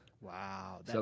Wow